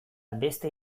beste